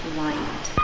light